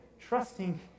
trusting